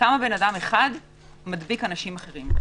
כמה אדם אחד מדביק אנשים אחרים.